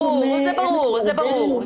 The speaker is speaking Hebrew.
זה ברור.